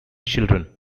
children